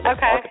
Okay